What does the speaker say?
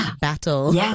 battle